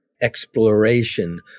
exploration